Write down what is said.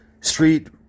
street